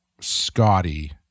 Scotty